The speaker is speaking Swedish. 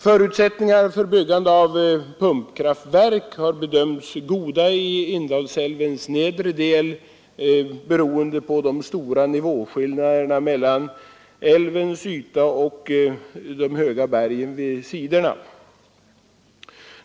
Förutsättningarna för byggande av pumpkraftverk har bedömts vara goda i Indalsälvens nedre del, beroende på de stora nivåskillnaderna mellan älvens yta och de höga bergen vid sidorna.